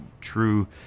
true